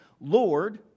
Lord